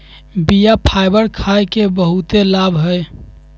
बीया फाइबर खाय के बहुते लाभ हइ